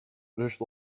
rust